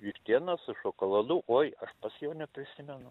vištienos su šokoladu oi as jau neprisimenu